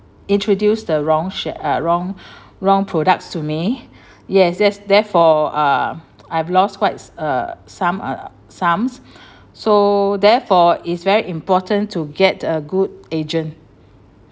introduce the wrong share uh wrong wrong products to me yes yes therefore uh I've lost quite s~ uh some uh sums so therefore it's very important to get a good agent